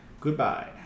Goodbye